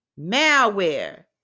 Malware